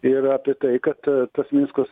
ir apie tai kad tas minsko